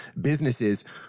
businesses